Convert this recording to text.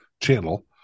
channel